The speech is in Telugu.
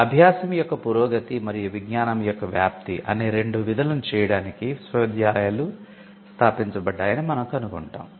'అభ్యాసం యొక్క పురోగతి మరియు విజ్ఞానం యొక్క వ్యాప్తి' అనే రెండు విధులను చేయడానికి విశ్వవిద్యాలయాలు స్తాపించబడ్డాయని మనం కనుగొంటాం